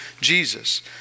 Jesus